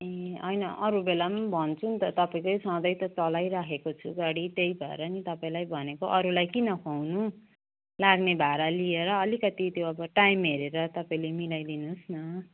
ए होइन अरूबेला पनि भन्छु नि त तपाईँकै सधैँ त चलाइराखेको छु गाडी त्यही भएर नि तपाईँलाई भनेको अरूलाई किन ख्वाउनु लाग्ने भारा लिएर अलिकति त्यो अब टाइम हेरेर तपाईँले मिलाइदिनुहोस् न